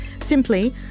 simply